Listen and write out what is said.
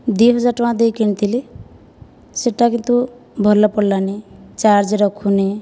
ଦୁଇ ହଜାର ଟଙ୍କା ଦେଇକି କିଣିଥିଲି ସେଇଟା କିନ୍ତୁ ଭଲ ପଡ଼ିଲା ନାହିଁ ଚାର୍ଜ ରଖୁନି